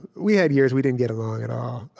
we had years we didn't get along at all.